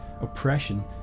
oppression